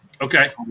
Okay